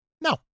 no